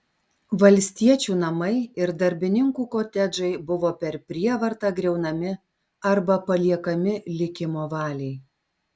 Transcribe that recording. valstiečių namai ir darbininkų kotedžai buvo per prievartą griaunami arba paliekami likimo valiai